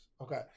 Okay